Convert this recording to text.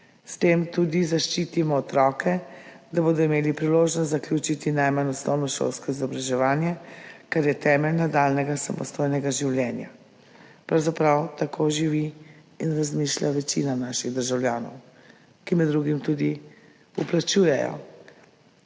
S tem tudi zaščitimo otroke, da bodo imeli priložnost zaključiti najmanj osnovnošolsko izobraževanje, kar je temelj nadaljnjega samostojnega življenja. Pravzaprav tako živi in razmišlja večina naših državljanov, ki med drugim tudi vplačujejo